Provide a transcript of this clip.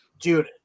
dude